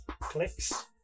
clicks